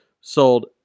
Sold